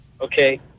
Okay